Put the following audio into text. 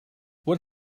what